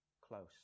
close